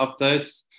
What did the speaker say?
updates